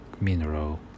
mineral